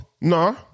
Nah